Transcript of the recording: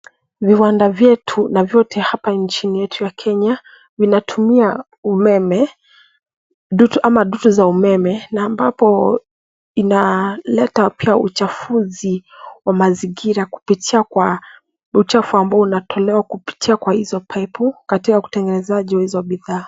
Viwanda vyetu na vyote hapa nchini yetu ya Kenya vinatumia umeme ama dutu za umeme ambapo inaleta pia uchafuzi wa mazingira kupitia kwa uchafu ambao unatolewa kupitia kwa hizo paipu katika kutengenezea juu ya hizo bidhaa.